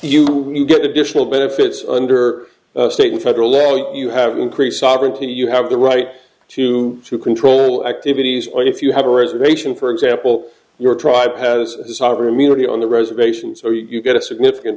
you get additional benefits under state and federal law you have increased sovereignty you have the right to to control activities if you have a reservation for example your tribe has sovereign immunity on the reservations or you get a significant